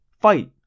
fight